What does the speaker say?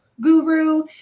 guru